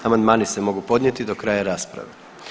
Amandmani se mogu podnijeti do kraja rasprave.